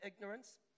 ignorance